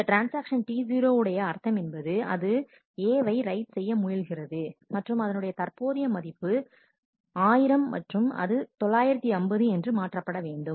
இந்த transaction T0 உடைய அர்த்தம் என்பது அது A வை ரைட் செய்ய முயல்கிறது மற்றும் அதனுடைய தற்போதைய மதிப்பு 1000 மற்றும் அது 950 என்று மாற்றப்பட வேண்டும்